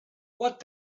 what